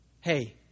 Hey